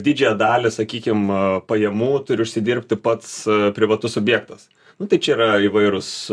didžiąją dalį sakykim pajamų turi užsidirbti pats privatus subjektas nu tai čia yra įvairūs